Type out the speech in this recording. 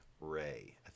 Ray